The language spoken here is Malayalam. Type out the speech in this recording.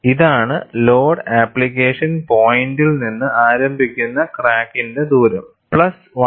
ഇതാണ് ലോഡ് ആപ്ലിക്കേഷൻ പോയിന്റിൽ നിന്ന് ആരംഭിക്കുന്ന ക്രാക്കിന്റെ ദൂരം പ്ലസ് 1